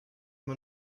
man